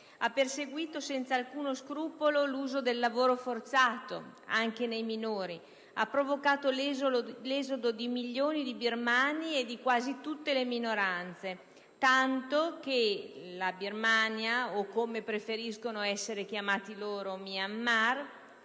Ha perseguito senza alcuno scrupolo l'uso del lavoro forzato, anche dei minori, ha provocato l'esodo di milioni di birmani e di quasi tutte le minoranze, tanto che la Birmania o, come preferiscono essere chiamati, lo Stato